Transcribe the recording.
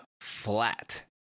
flat